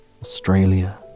Australia